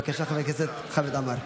בבקשה, חבר הכנסת חמד עמאר.